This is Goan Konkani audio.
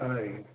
हय